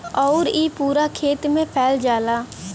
आउर इ पूरा खेत मे फैल जाला